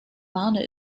marne